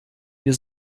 wir